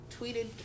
tweeted